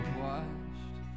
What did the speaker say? washed